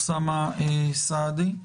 אוסאמה סעדי,